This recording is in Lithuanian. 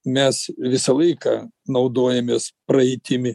mes visą laiką naudojamės praeitimi